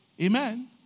Amen